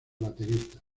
baterista